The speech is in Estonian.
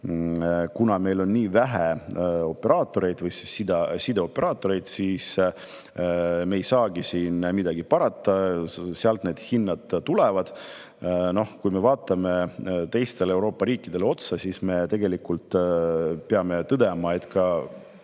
kuna meil on nii vähe sideoperaatoreid, siis me ei saagi midagi parata, sealt need hinnad tulevad. Aga kui me vaatame teisi Euroopa riike, siis me tegelikult peame tõdema, et ka